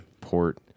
port